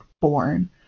born